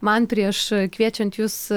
man prieš kviečiant jus